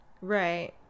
Right